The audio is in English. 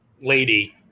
lady